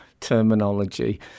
terminology